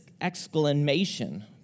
exclamation